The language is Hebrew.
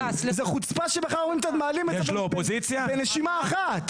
זה חוצפה שבכלל מעלים את זה בנשימה אחת.